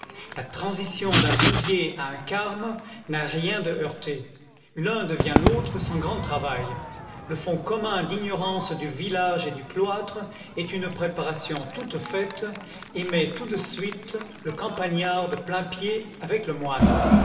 la transition d'un bouvier à un carme n'a rien de heurté l'un devient l'autre sans grand travail le fond commun d'ignorance du village et du cloître est une préparation toute faite et met tout de suite le campagnard de plain-pied avec le moine